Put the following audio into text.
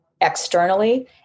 externally